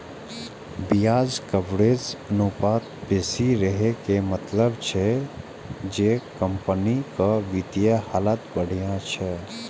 ब्याज कवरेज अनुपात बेसी रहै के मतलब छै जे कंपनीक वित्तीय हालत बढ़िया छै